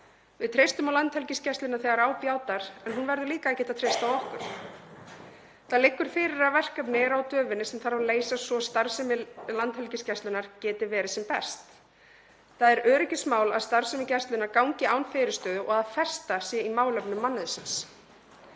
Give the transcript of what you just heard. Við treystum á Landhelgisgæsluna þegar á bjátar en hún verður líka að geta treyst okkur. Það liggur fyrir að verkefni eru á döfinni sem þarf að leysa svo starfsemi Landhelgisgæslunnar geti verið sem best. Það er öryggismál að starfsemi Gæslunnar gangi án fyrirstöðu og að festa sé í málefnum mannauðsins.